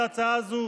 בדמוקרטיה,